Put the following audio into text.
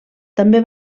també